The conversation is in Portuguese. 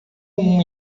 uma